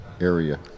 area